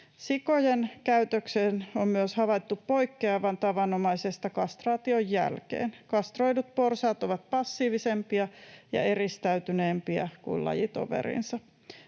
Sikojen käytöksen on myös havaittu poikkeavan tavanomaisesta kastraation jälkeen. Kastroidut porsaat ovat passiivisempia ja eristäytyneempiä kuin lajitoverinsa.